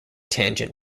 tangent